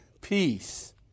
peace